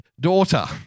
daughter